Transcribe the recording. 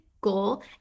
goal